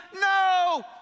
No